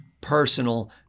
personal